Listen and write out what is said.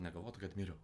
negalvotų kad miriau